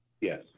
Yes